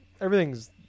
everything's